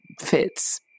fits